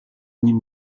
nim